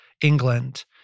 England